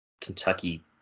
Kentucky